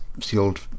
sealed